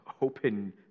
open